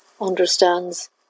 understands